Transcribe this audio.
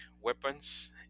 weapons